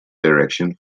direction